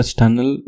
tunnel